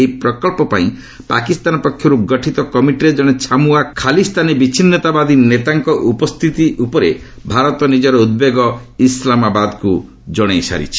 ଏହି ପ୍ରକଳ୍ପପାଇଁ ପାକିସ୍ତାନ ପକ୍ଷରୁ ଗଠିତ କମିଟିରେ ଜଣେ ଛାମୁଆ ଖାଲିସ୍ତାନୀ ବିଚ୍ଛିନ୍ନତାବାଦୀ ନେତାଙ୍କ ଉପସ୍ଥିତି ଉପରେ ଭାରତ ନିକର ଉଦ୍ବେଗ ଇସ୍ଲାମାବାଦକୁ ଜଣାଇସାରିଛି